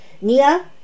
Nia